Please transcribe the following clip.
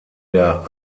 der